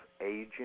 aging